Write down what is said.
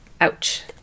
Ouch